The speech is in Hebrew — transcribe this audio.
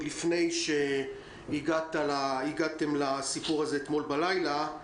לפני שהגעתם לסיפור הזה אתמול בלילה.